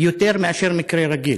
יותר מאשר מקרה רגיל.